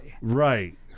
Right